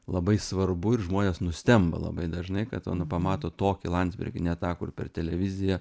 labai svarbu ir žmonės nustemba labai dažnai kad va nu pamato tokį landsbergį ne tą kur per televiziją